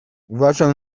uważaj